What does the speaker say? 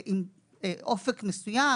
עם אופק מסוים,